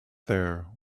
there